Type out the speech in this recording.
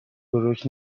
بروک